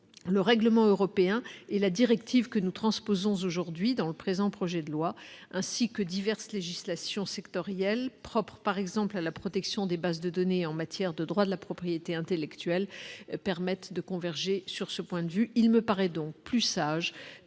le règlement européen et la directive que nous transpose 11 aujourd'hui dans le présent projet de loi ainsi que diverses législations sectorielles propres par exemple à la protection des bases de données en matière de droits de la propriété intellectuelle permettent de converger sur ce point de vue, il me paraît donc plus sage de